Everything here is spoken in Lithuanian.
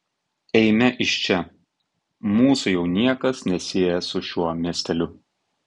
eime iš čia mūsų jau niekas nesieja su šiuo miesteliu